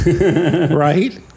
Right